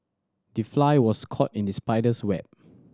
the fly was caught in the spider's web